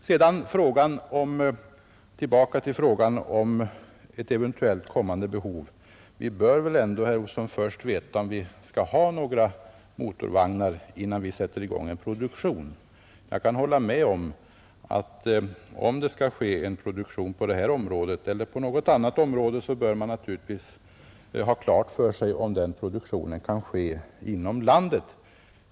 Sedan tillbaka till frågan om ett eventuellt kommande behov. Vi bör väl ändå, herr Olsson, först veta om vi skall ha några motorvagnar, innan vi sätter i gång en produktion! Jag kan hålla med om att om det skall ske en produktion på det här området eller på något annat område så bör man naturligtvis ha klart för sig om den produktionen kan förläggas inom landet.